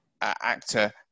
actor